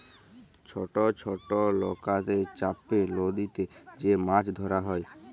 ছট ছট লকাতে চাপে লদীতে যে মাছ ধরা হ্যয়